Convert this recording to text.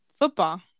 Football